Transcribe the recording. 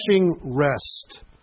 rest